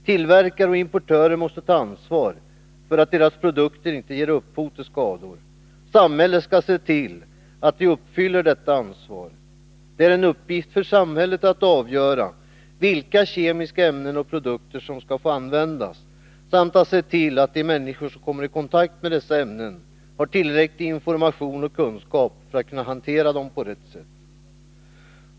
Tillverkare och importörer måste ta ansvar för att deras produkter inte ger upphov till skador. Samhället skall se till att de uppfyller detta ansvar. Det är en uppgift för samhället att avgöra vilka kemiska ämnen och produkter som får användas samt se till att de människor som kommer i kontakt med dessa ämnen har tillräcklig information och kunskap för att kunna hantera dem på rätt sätt.